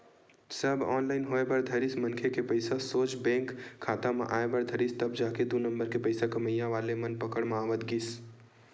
सब online होय बर धरिस मनखे के पइसा सोझ बेंक खाता म आय बर धरिस तब जाके दू नंबर के पइसा कमइया वाले मन पकड़ म आवत गिस